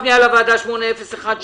עוברים לפנייה לוועדה 8017,